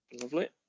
Lovely